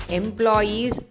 employees